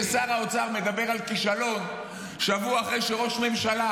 כששר האוצר מדבר על כישלון שבוע אחרי שראש ממשלה